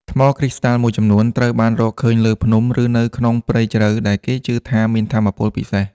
ថ្មគ្រីស្តាល់មួយចំនួនអាចត្រូវបានរកឃើញលើភ្នំ ឬនៅក្នុងព្រៃជ្រៅ ដែលគេជឿថាមានថាមពលពិសេស។